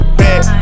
bad